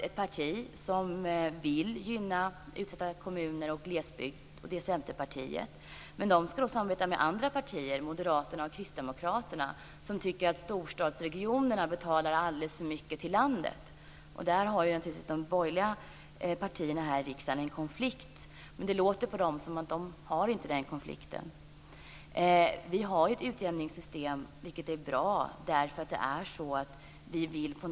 Ett parti vill gynna utsatta kommuner och glesbygd, nämligen Centerpartiet. Men de ska ju samarbeta med Moderaterna och Kristdemokraterna som tycker att storstadsregionerna betalar alldeles för mycket till landet. Där har de borgerliga partierna i riksdagen naturligtvis en konflikt men det låter på dem som att de inte har någon sådan konflikt. Det är bra att vi har ett utjämningssystem.